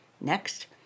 Next